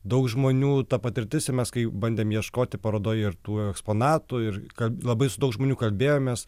daug žmonių ta patirtis ir mes kai bandėm ieškoti parodoj ir tų eksponatų ir kad labai su daug žmonių kalbėjomės